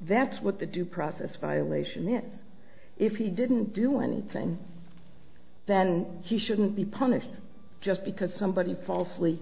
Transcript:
that's what the due process violation it if he didn't do anything then he shouldn't be punished just because somebody falsely